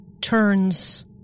turns